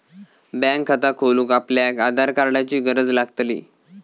bank खाता खोलूक आपल्याक आधार कार्डाची गरज लागतली